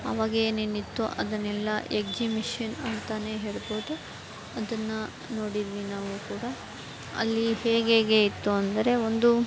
ಆವಾಗ ಏನೇನಿತ್ತು ಅದನ್ನೆಲ್ಲ ಎಕ್ಸಿಮಿಷನ್ ಅಂತಲೇ ಹೇಳ್ಬೋದು ಅದನ್ನು ನೋಡಿದ್ವಿ ನಾವು ಕೂಡ ಅಲ್ಲಿ ಹೇಗೇಗೆ ಇತ್ತು ಅಂದರೆ ಒಂದು